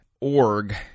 Org